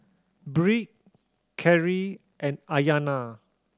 Bree Kerri and Ayanna